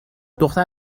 دختر